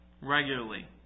regularly